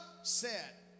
Upset